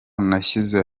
nashyize